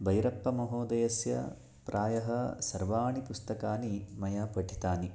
बैरप्पमहोदयस्य प्रायः सर्वाणि पुस्तकानि मया पठितानि